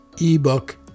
ebook